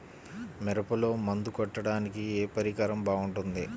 మిరపలో మందు కొట్టాడానికి ఏ పరికరం బాగుంటుంది?